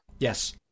Yes